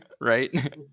right